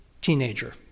teenager